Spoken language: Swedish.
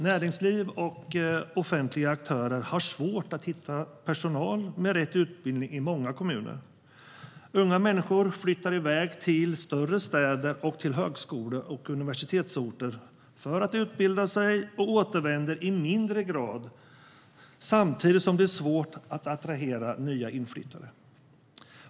Näringsliv och offentliga aktörer har i många kommuner svårt att hitta personal med rätt utbildning. Unga människor flyttar iväg till större städer och till högskole och universitetsorter för att utbilda sig och återvänder i mindre utsträckning, samtidigt som det är svårt att attrahera nyinflyttade.